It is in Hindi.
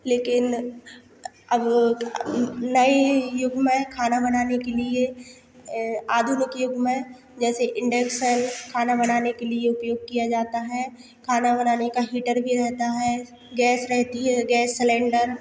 लेकिन अब वो नई युग में खाना बनाने के लिए आधुनिक युग में जैसे इंडेक्शन खाना बनाने के लिए उपयोग किया जाता है खाना बनाने का हीटर भी रहता है गैस रहती है गैस सेलेंडर